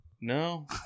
No